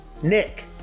Nick